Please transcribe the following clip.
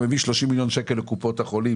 אתה מביא 30 מיליון שקלים לקופות החולים